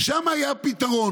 שם היה הפתרון,